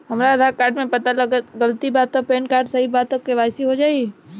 हमरा आधार कार्ड मे पता गलती बा त पैन कार्ड सही बा त के.वाइ.सी हो जायी?